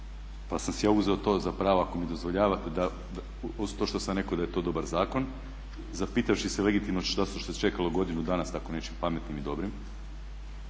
pa sam si ja uzeo to za pravo ako mi dozvoljavate, uz to što sam rekao da je to dobar zakon, zapitavši se legitimno zašto se čekalo godinu dana s tako nečim pametnim i dobrim,